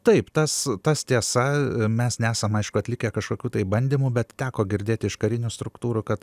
taip tas tas tiesa mes nesam aišku atlikę kažkokių tai bandymų bet teko girdėti iš karinių struktūrų kad